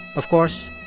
of course,